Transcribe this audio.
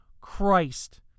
Christ